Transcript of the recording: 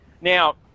Now